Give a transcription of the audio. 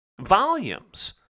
volumes